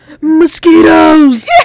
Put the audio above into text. Mosquitoes